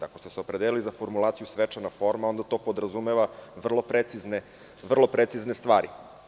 Ako ste se opredelili za formulaciju svečana forma, onda to podrazumeva vrlo precizne stvari.